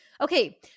Okay